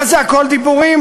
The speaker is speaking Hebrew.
מה זה "הכול דיבורים"?